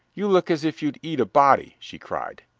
you look as if you'd eat a body, she cried.